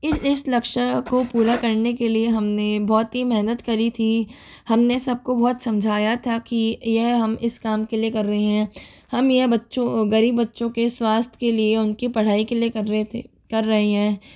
इस इस लक्ष्य को पूरा करने के लिए हमने बहुत ही मेहनत करी थी हमने सबको बहुत समझाया था कि यह हम इस काम के लिए कर रहे हैं हम यह बच्चों गरीब बच्चों के स्वास्थ्य के लिए उनकी पढ़ाई के लिए कर रहे थे कर रहे हैं